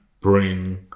bring